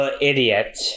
idiot